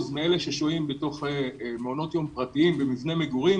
מאלה ששוהים בתוך מעונות יום פרטיים במבנה מגורים.